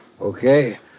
Okay